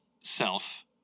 self